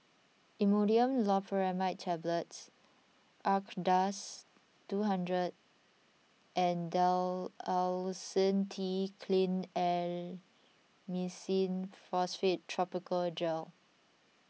Imodium Loperamide Tablets Acardust two hundred and Dalacin T Clindamycin Phosphate Topical Gel